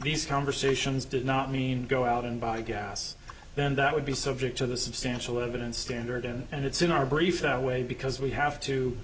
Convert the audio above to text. these conversations did not mean go out and buy gas then that would be subject to the substantial evidence standard and it's in our brief that way because we have to